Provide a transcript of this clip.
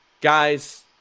guys